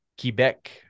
Quebec